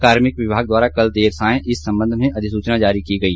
कार्मिक विभाग द्वारा कल देर सांय इस संबंध अधिसूचना जारी की गई